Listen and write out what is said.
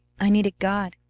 i needed god.